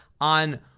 on